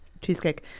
Cheesecake